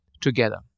together